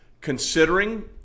Considering